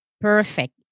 Perfect